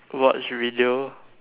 watch video